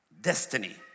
destiny